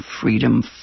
freedom